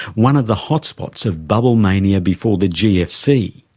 one of the hotspots of bubble mania before the gfc.